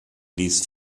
ließ